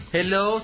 Hello